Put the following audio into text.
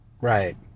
Right